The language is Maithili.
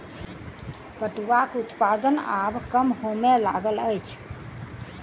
पटुआक उत्पादन आब कम होमय लागल अछि